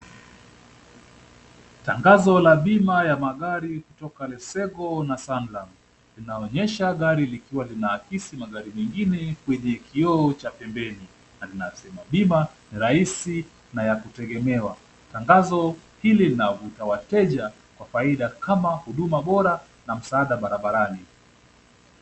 Tangazo la bima ya magari kutoka LetsGo na Sanlam, linaonyesha gari likiwa linaakisi magari mengine kwenye kioo cha pembeni. Na ninafsi mhiba ni rahisi na ya kutegemewa. Tangazo hili linavuta wateja kwa faida kama huduma bora na msaada barabarani.